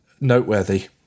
noteworthy